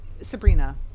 Sabrina